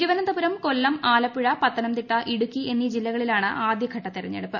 തിരുവനന്തപുരം കൊല്ലം ആലപ്പുഴ പത്തനംതിട്ട ഇടുക്കി എന്നീ ജില്ലകളിലാണ് ആദ്യഘട്ട തിരഞ്ഞെടുപ്പ്